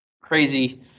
crazy